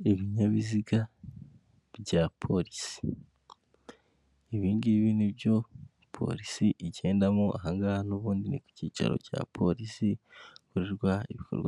Uyu nguyu ni umuhanda mugari munini, uba urimo ibinyabiziga bitandukanye, hagati hari ikinyabiziga kinini, gitwara imizigo ndetse k'uruhande kunzira y'abanyamaguru hariho